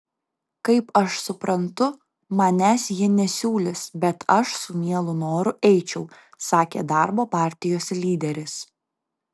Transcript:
kaip aš suprantu manęs jie nesiūlys bet aš su mielu noru eičiau sakė darbo partijos lyderis